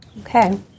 Okay